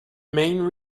main